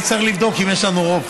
אני צריך לבדוק אם יש לנו רוב.